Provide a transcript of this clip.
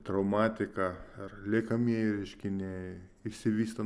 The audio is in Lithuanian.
traumatika ar liekamieji reiškiniai išsivysto